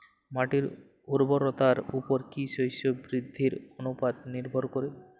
মাটির উর্বরতার উপর কী শস্য বৃদ্ধির অনুপাত নির্ভর করে?